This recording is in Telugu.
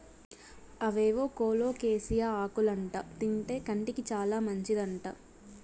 అవేవో కోలోకేసియా ఆకులంట తింటే కంటికి చాలా మంచిదంట